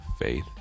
faith